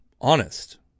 honest